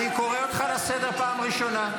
אני קורא אותך לסדר פעם ראשונה.